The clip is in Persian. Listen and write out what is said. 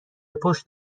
پشت